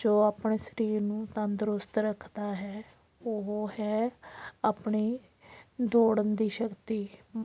ਜੋ ਆਪਣੇ ਸਰੀਰ ਨੂੰ ਤੰਦਰੁਸਤ ਰੱਖਦਾ ਹੈ ਉਹ ਹੈ ਆਪਣੀ ਦੌੜਨ ਦੀ ਸ਼ਕਤੀ